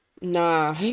Nah